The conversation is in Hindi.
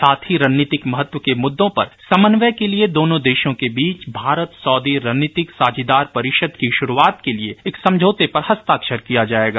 साथ ही रणनीतिक महत्व के मुद्दों पर समन्वय के लिए दोनों देशों के बीच भारत सऊदी रणनीतिक साझीदार परिषद की शुरूआत के लिए एक समझौते पर हस्ताक्षर किया जाएगा